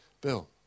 Bill